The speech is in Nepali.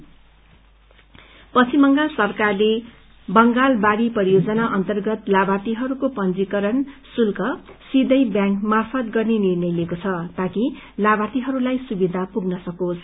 बांग्लार बाडी पश्चिम बंगाल सरकारले बांग्लार बाड़ी परियोजना अन्तर्गत लाभार्थीहरूको पंजीकरण शुल्क सीधै ब्यांक मार्फत गर्ने निर्णय लिएको छ ताकि लाभार्थीहरूलाई सुविधा पुगन सकोस्